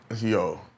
yo